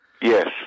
Yes